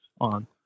on